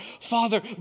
Father